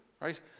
right